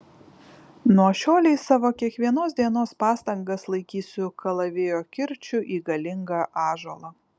nuo šiolei savo kiekvienos dienos pastangas laikysiu kalavijo kirčiu į galingą ąžuolą